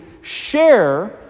share